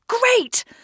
Great